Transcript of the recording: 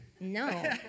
No